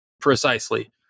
Precisely